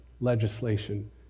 legislation